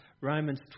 Romans